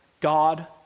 God